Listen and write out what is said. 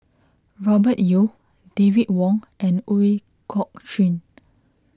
Robert Yeo David Wong and Ooi Kok Chuen